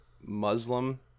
Muslim